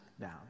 down